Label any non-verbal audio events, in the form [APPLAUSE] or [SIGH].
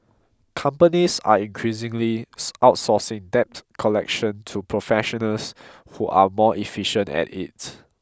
companies are increasingly [UNINTELLIGIBLE] outsourcing debt collection to professionals who are more efficient at it